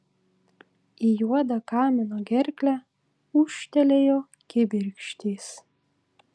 į juodą kamino gerklę ūžtelėjo kibirkštys